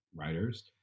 writers